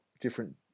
different